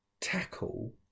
tackle